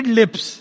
lips